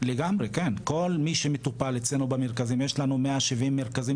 לגמרי כן כל מי שמטופל אצלנו במרכזים יש לנו 170 מרכזים